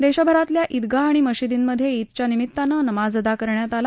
देशभरातल्या ईदगाह आणि मशिदींमधे ईदच्या निमितानं नमाज अदा करण्यात आला